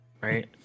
right